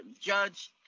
Judge